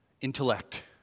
intellect